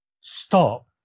stop